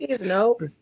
Nope